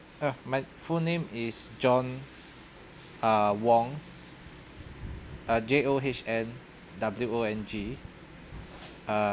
uh my full name is john uh wong J O H N W O N G(uh)